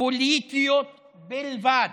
פוליטיות בלבד,